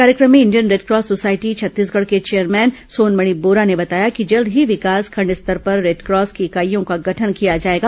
कार्यक्रम में Indian Red Cross Society Chhattisgarh के चेयरमैन सोनमणि बोरा ने बताया कि जल्द ही विकासखंड स्तर पर रेडक्रॉस की इकाइयों का गठन किया जाएगा